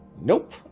nope